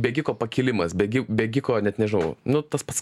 bėgiko pakilimas bėgi bėgiko net nežau nu tas pas